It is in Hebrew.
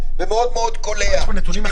תודה רבה.